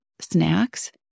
snacks